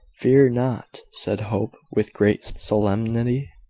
fear not! said hope, with great solemnity.